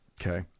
Okay